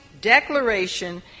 declaration